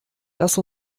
lass